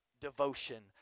devotion